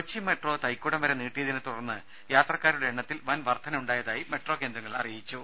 Kochi metro Thaikoodam വരെ നീട്ടിയതിനെ തുടർന്ന് യാത്ര ക്കാരുടെ എണ്ണത്തിൽ വൻ വർധന ഉണ്ടായതായി മെട്രോ കേന്ദ്രങ്ങൾ അറിയിച്ചു